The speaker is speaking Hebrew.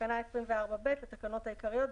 בתקנה 24(ב) לתקנות העיקריות,